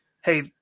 hey